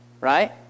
right